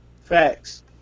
Facts